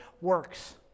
works